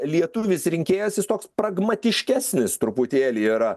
lietuvis rinkėjas jis toks pragmatiškesnis truputėlį yra